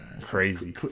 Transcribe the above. Crazy